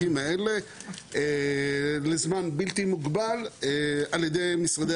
שיש פיגור עצום שחלקו הוא תקציבי